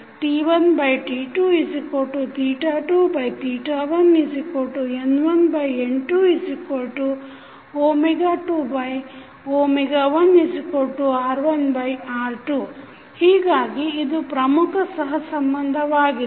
T1T221N1N221r1r2 ಹೀಗಾಗಿ ಇದು ಪ್ರಮುಖ ಸಹಸಂಬಂಧವಾಗಿದೆ